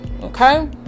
okay